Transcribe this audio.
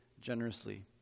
generously